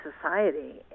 society